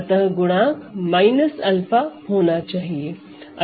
अतः गुणांक 𝛂 होना चाहिए